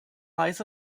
lies